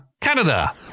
Canada